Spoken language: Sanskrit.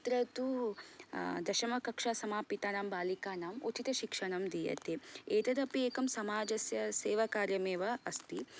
अत्र तु दशमकक्षासमापितानां बालिकानां उचितशिक्षणं दीयते एतदपि एकं समाजस्य सेवकार्यम् एव अस्ति